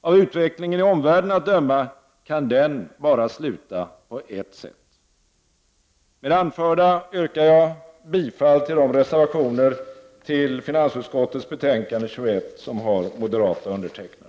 Av utvecklingen i omvärlden att döma kan den bara sluta på ett sätt. Med det anförda yrkar jag bifall till de reservationer till finansutskottets betänkande 21 som har moderata undertecknare.